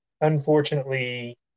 unfortunately